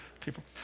people